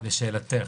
לשאלתך,